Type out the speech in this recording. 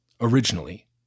Originally